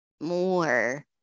more